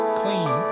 clean